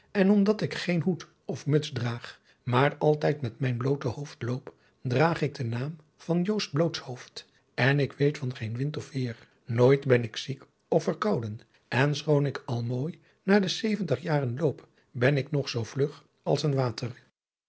en omdat ik geen hoed of muts draag maar altijd met mijn bloote hoofd loop draag ik den naam van joost blootsadriaan loosjes pzn het leven van hillegonda buisman hoofd en ik weet van geen wind of weer nooit ben ik ziek of verkouden en schoon ik al mooi naar de zeventig jaren loop ben ik nog zoo vlug als een water